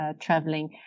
traveling